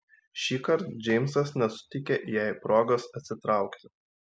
šįkart džeimsas nesuteikė jai progos atsitraukti